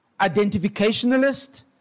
identificationalist